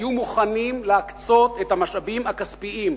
היו מוכנים להקצות את המשאבים הכספיים,